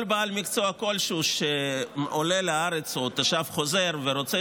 כל בעל מקצוע כלשהו שעולה לארץ או תושב חוזר שרוצה